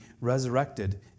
resurrected